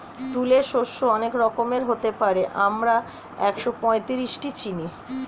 তুলে শস্য অনেক রকমের হতে পারে, আমরা একশোপঁয়ত্রিশটি চিনি